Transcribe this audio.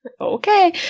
Okay